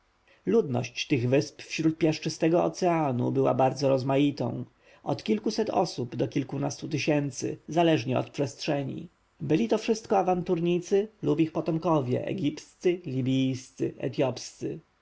ludność tych wysp wśród piaszczystego oceanu była bardzo rozmaitą od kilkuset osób do kilkunastu tysięcy zależnie od przestrzeni byli to wszystko awanturnicy lub ich potomkowie egipscy libijscy etjopscy w